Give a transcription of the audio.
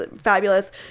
Fabulous